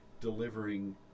delivering